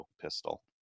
pistol